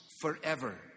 forever